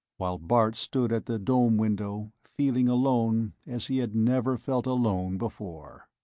while bart stood at the dome-window, feeling alone as he had never felt alone before.